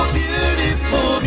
beautiful